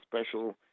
special